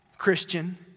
Christian